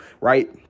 right